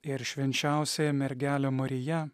ir švenčiausiąja mergele marija